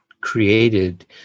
created –